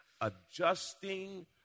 adjusting